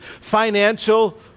financial